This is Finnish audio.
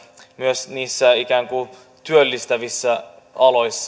myös niille ikään kuin työllistäville aloille